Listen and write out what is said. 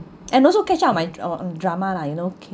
and also catch up my drama lah you know k~